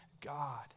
God